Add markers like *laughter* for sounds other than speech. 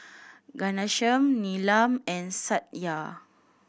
*noise* Ghanshyam Neelam and Satya